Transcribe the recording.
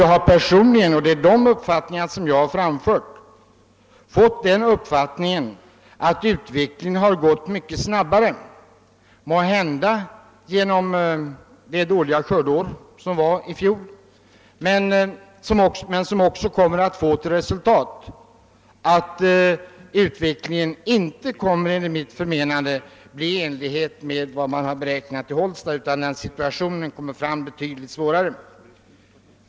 Jag har personligen — och det är den meningen jag har framfört — fått den uppfattningen, att utvecklingen mot minskad mjölkproduktion har gått mycket snabbare, måhända på grund av det dåliga skördeår vi hade i fjol. Detta kommer också att få till resultat att situationen enligt mitt förmenande inte kommer att bli sådan som man i Hållsta har beräknat att den skulle bli, utan betydligt svårare.